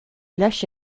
leis